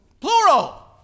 Plural